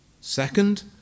Second